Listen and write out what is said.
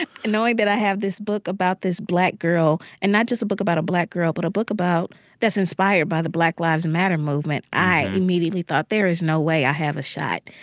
and knowing that i have this book about this black girl and not just a book about a black girl, but a book about that's inspired by the black lives matter movement, i immediately thought, there is no way i have a shot.